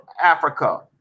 Africa